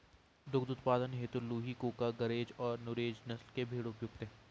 दुग्ध उत्पादन हेतु लूही, कूका, गरेज और नुरेज नस्ल के भेंड़ उपयुक्त है